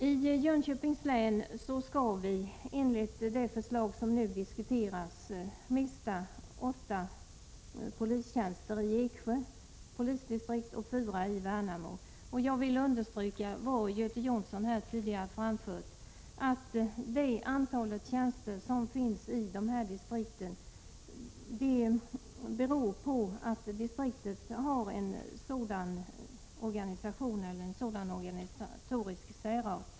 I Jönköpings län skall vi enligt det förslag som nu diskuteras mista åtta polistjänster i Eksjö polisdistrikt och fyra i Värnamo. Jag vill understryka vad Göte Jonsson tidigare framförde, att det antal tjänster som finns i de här distrikten beror på att de distrikten har en sådan organisatorisk särart.